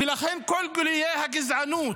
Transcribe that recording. ולכן, עם כל גילויי הגזענות,